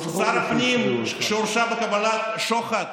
שר פנים שהורשע בקבלת שוחד